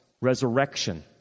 resurrection